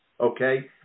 Okay